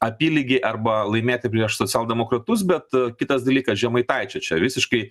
apylygiai arba laimėti prieš socialdemokratus bet kitas dalykas žemaitaičio čia visiškai